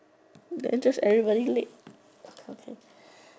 then just everybody late okay